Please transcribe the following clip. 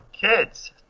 Kids